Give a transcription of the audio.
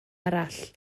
arall